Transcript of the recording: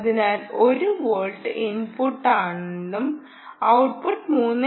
അതിനാൽ 1 വോൾട്ട് ഇൻപുട്ടാണെന്നും ഔട്ട്പുട്ട് 3